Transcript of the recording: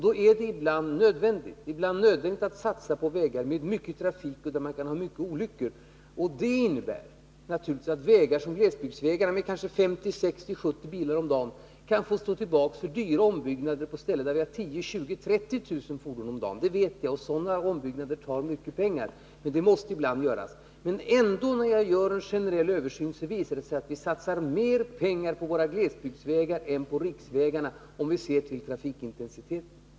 Då är det ibland nödvändigt att satsa på vägar med mycket trafik, där det kan vara mycket olyckor. Detta innebär naturligtvis att glesbygdsvägar med kanske 50, 60, 70 bilar om dagen kan få stå tillbaka för dyra ombyggnader på ställen där det går 10 000, 20 000, 30 000 fordon om dagen — det vet jag. Sådana ombyggnader tar mycket pengar, men de måste ibland göras. När jag gör en generell översyn visar det sig ändå att vi satsar mer pengar på våra glesbygdsvägar än på riksvägarna, om man ser till trafikintensiteten.